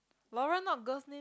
Lauren not girl's name